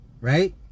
Right